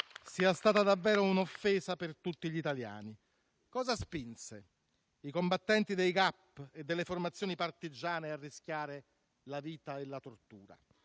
sia stata davvero un'offesa per tutti gli italiani. Cosa spinse i combattenti dei GAP e delle formazioni partigiane a rischiare la vita e la tortura?